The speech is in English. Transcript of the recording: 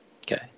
Okay